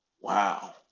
Wow